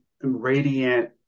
radiant